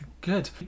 Good